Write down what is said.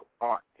art